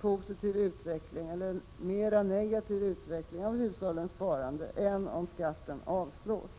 positiv utveckling eller en mera negativ utveckling av hushållens sparande än om skatteförslaget avslås.